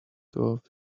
off